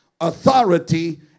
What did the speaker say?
authority